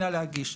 נא להגיש.